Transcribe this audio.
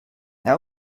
that